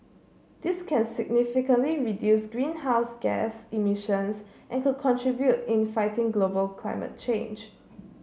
this can significantly reduce greenhouse gas emissions and could contribute in fighting global climate change